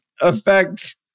affect